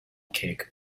cake